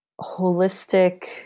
holistic